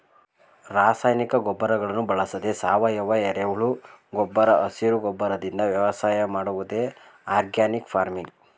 ರಾಸಾಯನಿಕ ಗೊಬ್ಬರಗಳನ್ನು ಬಳಸದೆ ಸಾವಯವ, ಎರೆಹುಳು ಗೊಬ್ಬರ ಹಸಿರು ಗೊಬ್ಬರದಿಂದ ವ್ಯವಸಾಯ ಮಾಡುವುದೇ ಆರ್ಗ್ಯಾನಿಕ್ ಫಾರ್ಮಿಂಗ್